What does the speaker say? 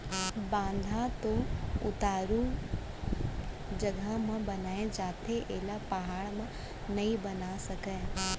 बांधा तो उतारू जघा म बनाए जाथे एला पहाड़ म नइ बना सकय